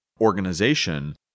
organization